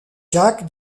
jack